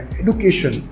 education